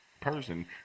person